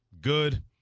good